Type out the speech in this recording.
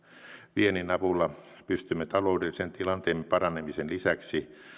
viennin avulla pystymme taloudellisen tilanteen paranemisen lisäksi